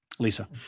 Lisa